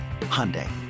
Hyundai